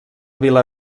vila